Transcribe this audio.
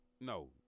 No